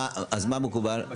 אז מה מקובל?